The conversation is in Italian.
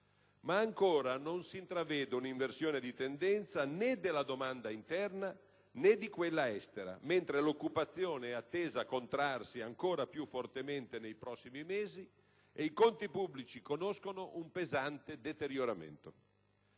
però, non si intravede un'inversione di tendenza, né della domanda interna né di quella estera, mentre l'occupazione è attesa contrarsi ancora più fortemente nei prossimi mesi e i conti pubblici conoscono un pesante deterioramento.